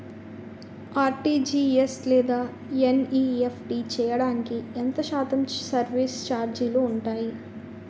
RTGS లేదా NEFT చేయడానికి ఎంత శాతం సర్విస్ ఛార్జీలు ఉంటాయి?